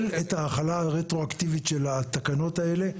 את ההחלה הרטרואקטיבית של התקנות האלה.